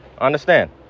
Understand